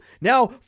Now